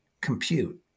compute